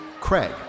Craig